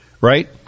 Right